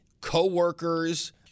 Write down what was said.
coworkers